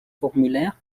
formulaire